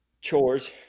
chores